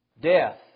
Death